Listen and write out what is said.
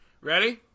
Ready